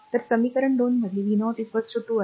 तर समीकरण 2 मध्ये v0 2 i2